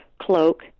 cloak